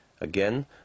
Again